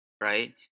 right